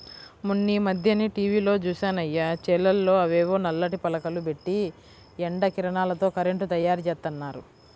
మొన్నీమధ్యనే టీవీలో జూశానయ్య, చేలల్లో అవేవో నల్లటి పలకలు బెట్టి ఎండ కిరణాలతో కరెంటు తయ్యారుజేత్తన్నారు